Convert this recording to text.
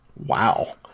Wow